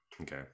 Okay